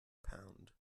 pound